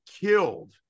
killed